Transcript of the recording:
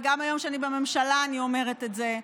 וגם היום, כשאני בממשלה, אני אומרת את זה.